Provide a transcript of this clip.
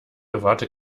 erwarte